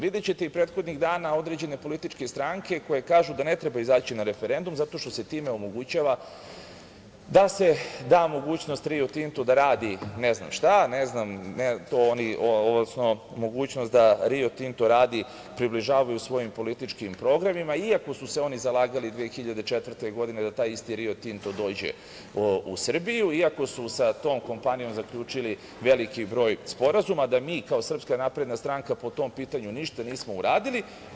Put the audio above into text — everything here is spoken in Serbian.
Videćete i prethodnih dana određene političke stranke koje kažu da ne treba izaći na referendum zato što se time omogućava da se da mogućnost „Rio Tintu“ da radi ne znam šta, odnosno mogućnost da „Rio Tinto“ radi približavaju svojim političkim programima, iako su se oni zalagali 2004. godine da taj isti „Rio Tinto“ dođe u Srbiju, iako su sa tom kompanijom zaključili veliki broj sporazuma, a da mi kao Srpska napredna stranka po tom pitanju ništa nismo uradili.